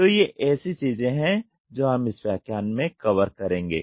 तो ये ऐसी चीजें हैं जो हम इस व्याख्यान में कवर करेंगे